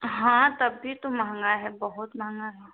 हाँ तभी तो महंगा है बहुत महंगा है